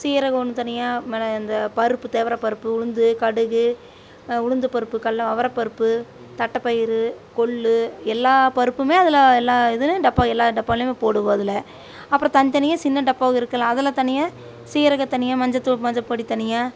சீரகம் ஒன்று தனியா மெளகு இந்த பருப்பு துவரப் பருப்பு உளுந்து கடுகு உளுந்து பருப்பு கடல அவரைப் பருப்பு தட்டப்பயிறு கொள்ளு எல்லா பருப்பும் அதில் எல்லா இதுலேயும் டப்பா எல்லா டப்பாலேயும் போடுவோம் அதில் அப்பறம் தனித்தனியாக சின்ன டப்பலாம் இருக்குல்ல அதில் தனியாக சீரகம் தனியாக மஞ்சத்தூள் மஞ்சப்பொடி தனியாக